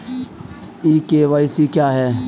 ई KYC क्या है?